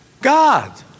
God